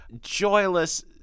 joyless